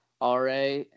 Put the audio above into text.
RA